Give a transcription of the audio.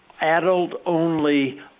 adult-only